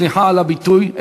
סליחה על הביטוי,